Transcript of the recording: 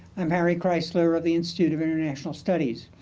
i'm harry kreisler of the institute of international studies.